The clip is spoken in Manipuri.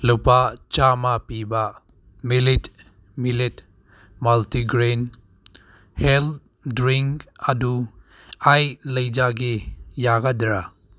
ꯂꯨꯄꯥ ꯆꯥꯃ ꯄꯤꯕ millet millet multigrain health drink ꯑꯗꯨ ꯂꯩꯖꯒꯦ ꯇꯥꯒꯗ꯭ꯔꯥ